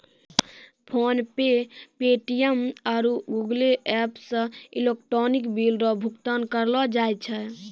PhonePe Paytm आरु Google Pay से electronic bill रो भुगतान करलो जाय छै